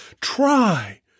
try